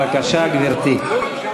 בבקשה, גברתי.